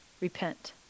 repent